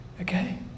Okay